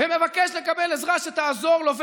ומבקש עזרה שתעזור לו?